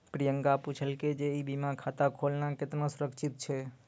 प्रियंका पुछलकै जे ई बीमा खाता खोलना केतना सुरक्षित छै?